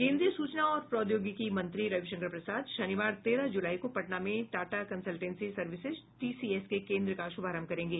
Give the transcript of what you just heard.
केन्द्रीय सूचना और प्रौद्योगिकी मंत्री रविशंकर प्रसाद शनिवार तेरह जुलाई को पटना में टाटा कंसल्टेंसी सर्विसेज टीसीएस के केन्द्र का शुभारंभ करेंगे